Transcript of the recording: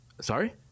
Sorry